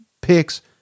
picks